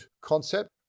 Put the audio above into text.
concept